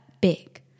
big